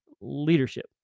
leadership